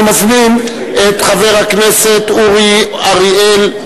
אני מזמין את חבר הכנסת אורי אריאל,